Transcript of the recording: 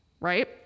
Right